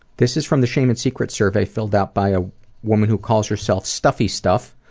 this is from the shame and secrets survey, filled out by a woman who calls herself stuffy stuff.